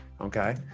okay